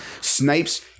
Snipes